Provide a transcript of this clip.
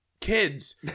kids